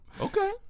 Okay